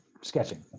sketching